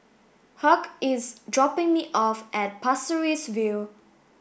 Hugh is dropping me off at Pasir Ris View